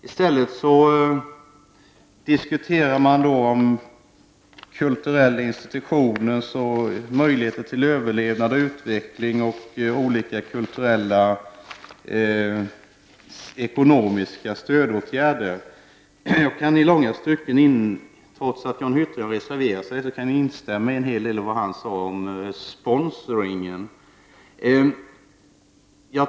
I stället diskuterar man kulturella institutioners möjlighet till överlevnad och utveckling och olika ekonomiska stödåtgärder. Jag kan i långa stycken instämma i vad Jan Hyttring — trots att han har reserverat sig — sade om sponsring.